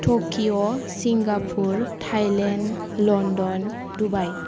तकिअ Singapore Thailand London Dubai